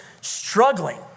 struggling